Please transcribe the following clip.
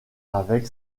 avec